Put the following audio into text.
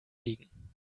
liegen